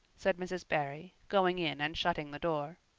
said mrs. barry, going in and shutting the door.